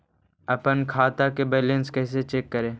अपन खाता के बैलेंस कैसे चेक करे?